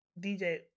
DJ